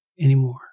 anymore